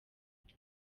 twe